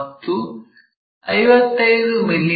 ಮತ್ತು 55 ಮಿ